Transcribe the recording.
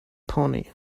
pony